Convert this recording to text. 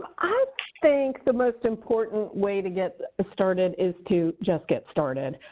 think the most important way to get started is to just get started.